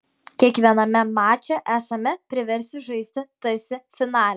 kiekviename mače esame priversti žaisti tarsi finale